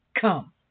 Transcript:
come